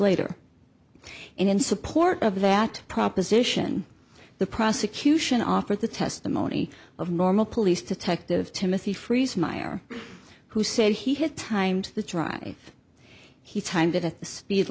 and in support of that proposition the prosecution offered the testimony of normal police detective timothy freeze myre who said he had timed the dry he timed it at the speed